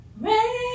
Rain